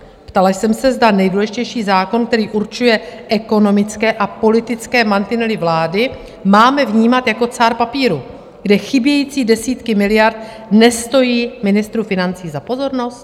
Ptala jsem se, zda nejdůležitější zákon, který určuje ekonomické a politické mantinely vlády, máme vnímat jako cár papíru, kde chybějící desítky miliard nestojí ministru financí za pozornost.